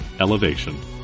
elevation